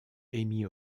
emmy